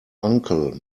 uncle